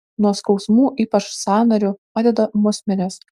nuo skausmų ypač sąnarių padeda musmirės